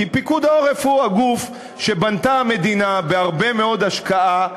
כי פיקוד העורף הוא הגוף שבנתה המדינה בהרבה מאוד השקעה,